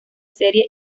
serie